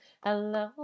hello